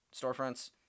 storefronts